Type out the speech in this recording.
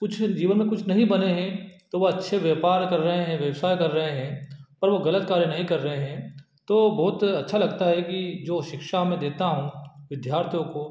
कुछ जीवन में कुछ नहीं बने हैं तो वह अच्छे व्यापार कर रहे हैं व्यवसाय कर रहे हैं पर वो गलत कार्य नहीं कर रहे हैं तो बहुत अच्छा लगता है कि जो शिक्षा मैं देता हूँ विद्यार्थियों को